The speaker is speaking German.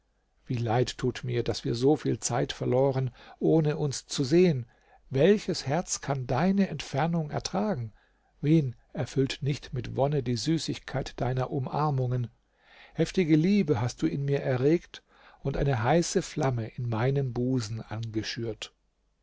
wie leid tut mir daß wir so viel zeit verloren ohne uns zu sehen welches herz kann deine entfernung ertragen wen erfüllt nicht mit wonne die süßigkeit deiner umarmungen heftige liebe hast du in mir erregt und eine heiße flamme in meinem busen angeschürt